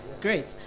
Great